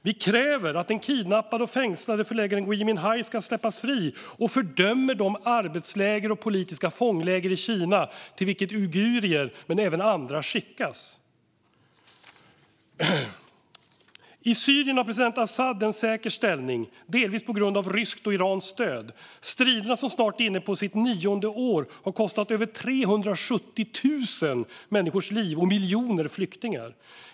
Vi kräver att den kidnappade och fängslade förläggaren Gui Minhai ska släppas fri och fördömer de arbetsläger och politiska fångläger i Kina dit uigurer men även andra skickas. I Syrien har president al-Asad en säker ställning, delvis på grund av ryskt och iranskt stöd. Striderna, som snart är inne på sitt nionde år, har kostat över 370 000 människors liv och gett upphov till miljoner flyktingar.